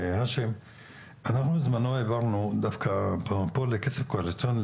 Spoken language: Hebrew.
אנחנו בזמנו העברנו דווקא פה לכסף קואליציוני,